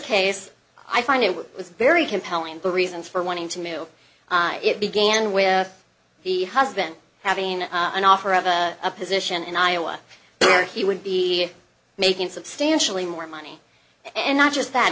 case i find it was very compelling reasons for wanting to move it began with the husband having an offer of a position in iowa where he would be making substantially more money and not just that